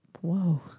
Whoa